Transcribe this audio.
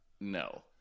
no